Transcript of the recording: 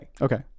Okay